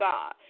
God